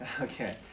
Okay